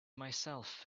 myself